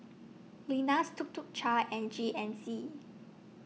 Lenas Tuk Tuk Cha and G N C